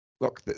Look